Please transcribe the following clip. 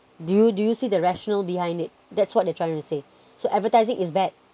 do you do you see the rational behind it that's what they're trying to say so advertising is bad